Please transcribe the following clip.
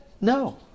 No